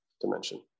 dimension